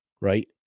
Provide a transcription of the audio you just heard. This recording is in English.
right